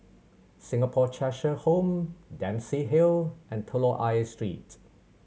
Singapore Cheshire Home Dempsey Hill and Telok Ayer Street